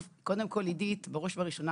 ועם קול הפסיכיאטרים של הקהילה ושל בתי החולים,